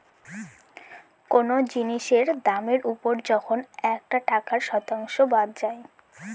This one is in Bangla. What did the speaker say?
কোনো জিনিসের দামের ওপর যখন একটা টাকার শতাংশ বাদ যায়